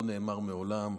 לא נאמר מעולם.